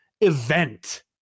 event